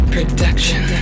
Production